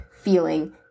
feeling